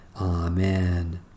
Amen